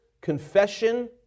confession